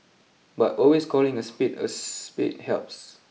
but always calling a spade a spade helps